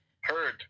Heard